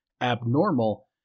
abnormal